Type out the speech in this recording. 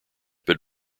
but